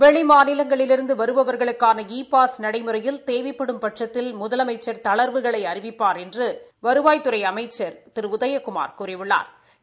வெளி மாநிலங்களிலிருந்து வருபவா்களுக்கான இ பாஸ் நடைமுறையில் தேவைப்படும்பட்சத்தில் முதலமைச்சா் தளா்வுகளை அறிவிப்பாா் என்று வருவாய்த்துறை அமைச்சா் திரு உதயகுமாா் கூறியுள்ளாா்